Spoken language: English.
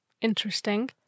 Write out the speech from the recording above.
interesting